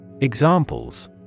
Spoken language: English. Examples